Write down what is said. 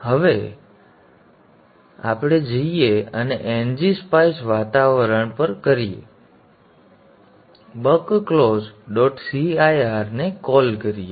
અને હવે ચાલો આપણે જઈએ અને ngSpice વાતાવરણ કરીએ અને બક ક્લોઝ ડોટ cir ને કોલ કરીએ